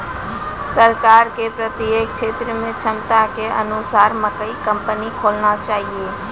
सरकार के प्रत्येक क्षेत्र मे क्षमता के अनुसार मकई कंपनी खोलना चाहिए?